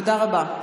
תודה רבה.